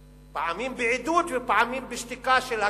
פעמים בעידוד ופעמים בשתיקה של ה-godfather,